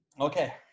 Okay